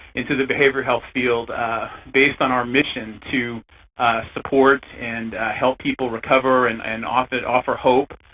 into the behavioral health field based on our mission to support and help people recover and and offer offer hope,